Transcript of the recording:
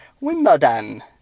Wimbledon